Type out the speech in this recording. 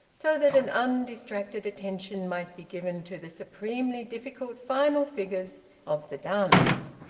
so that an undistracted attention might be given to the supremely difficult final figures of the dance.